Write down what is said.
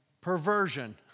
perversion